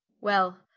well,